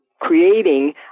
creating